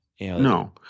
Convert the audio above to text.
No